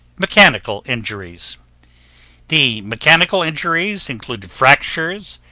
mechanical injuries the mechanical injuries included fractures,